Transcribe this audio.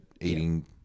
eating